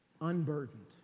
Unburdened